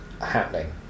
happening